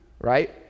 right